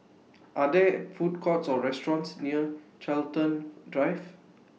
Are There Food Courts Or restaurants near Chiltern Drive